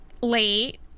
late